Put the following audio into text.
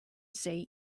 say